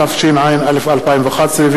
התשע"א 2011,